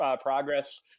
progress